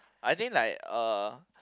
I think like uh